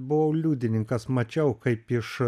buvau liudininkas mačiau kaip iš